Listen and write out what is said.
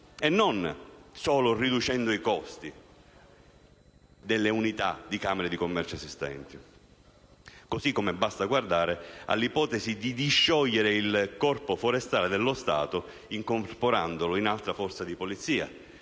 e non solo riducendo i costi delle unità di Camere di commercio esistenti. Così come basta guardare all'ipotesi di disciogliere il Corpo forestale dello Stato incorporandolo in altra forza di polizia,